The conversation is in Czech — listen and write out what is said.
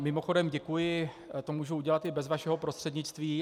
Mimochodem, děkuji, to můžu udělat i bez vašeho prostřednictví...